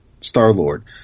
Star-Lord